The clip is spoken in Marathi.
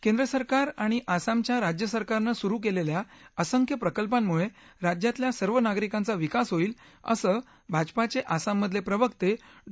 केंद्र सरकार आणि आसमाच्या राज्य सरकारनं सुरु क्विख्या असंख्य प्रकल्पांमुळजिज्यातल्या सर्व नागरिकांचा विकास होईल असं भाजपाचवििसाममधलप्रिवर्त ऊँ